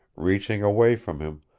reaching away from him,